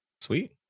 Sweet